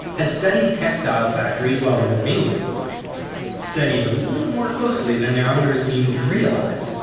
had studied textile factories while living in england studied a little more closely than their owners seemed to realize.